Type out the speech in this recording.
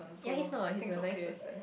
ya he's not he's a nice person